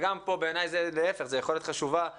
וגם פה בעיני זה להפך, זה יכולת חשובה לדעת,